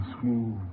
smooth